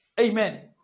Amen